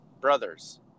brothers